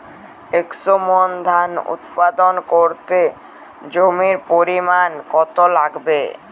একশো মন ধান উৎপাদন করতে জমির পরিমাণ কত লাগবে?